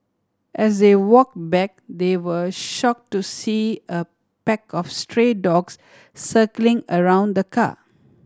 as they walk back they were shock to see a pack of stray dogs circling around the car